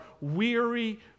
weary